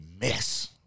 mess